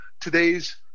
today's